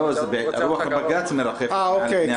לא, רוח בג"ץ מרחפת מעל פני הוועדה.